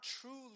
truly